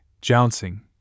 jouncing